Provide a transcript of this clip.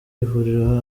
ivuriro